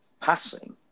passing